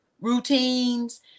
routines